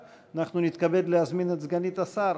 נתכבד להזמין את סגנית השר